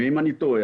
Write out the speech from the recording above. ואם אני טועה,